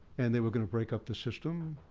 and they were gonna break up the system.